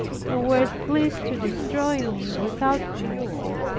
who wert pleased to destroy me without mercy,